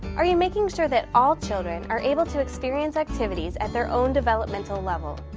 are you making sure that all children are able to experience activities at their own developmental level?